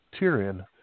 Tyrion